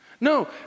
No